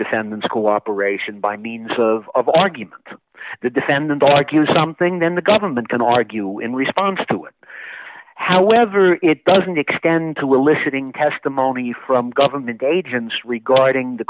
defendant's cooperation by means of argument the defendant argue something then the government can argue in response to it however it doesn't extend to eliciting testimony from government agents regarding the